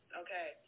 okay